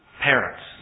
Parents